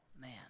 man